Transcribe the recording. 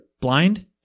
blind